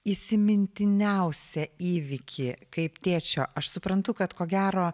įsimintiniausią įvykį kaip tėčio aš suprantu kad ko gero